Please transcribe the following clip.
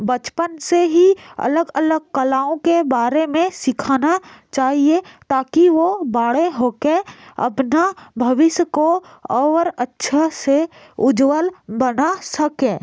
बचपन से ही अलग अलग कलाओं के बारे में सीखाना चाहिए ताकि वह बड़े होकर अपना भविष्य को और अच्छा से उज्ज्वल बना सकें